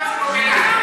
חבר הכנסת טיבי, נא לסיים.